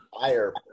fire